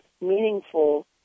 meaningful